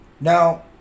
Now